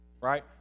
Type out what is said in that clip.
right